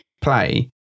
play